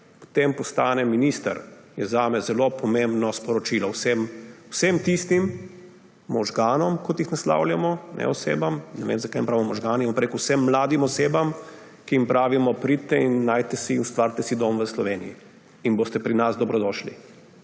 potem postane minister, je zame zelo pomembno sporočilo vsem tistim možganom, kot jih naslavljamo, ne osebam, ne vem, zakaj jim pravimo možgani, jaz bom pa rekel vsem mladim osebam, ki jim pravimo – pridite in najdite si, ustvarite si dom v Sloveniji in boste pri nas dobrodošli.